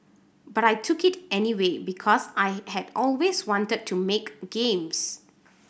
but I took it anyway because I had always wanted to make games